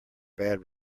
bad